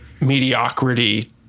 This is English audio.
mediocrity